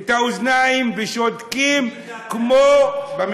את האוזניים ושותקים כמו, מי זה אתם?